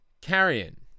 Carrion